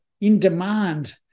in-demand